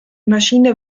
maschine